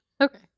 Okay